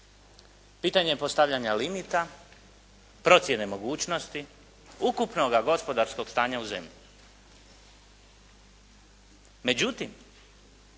Pitanje postavljanja limita procjene mogućnosti ukupnoga gospodarskog stanja u zemlji. Međutim,